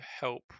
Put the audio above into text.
help